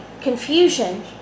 confusion